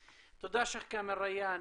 תודה, שייח' כאמל ריאן.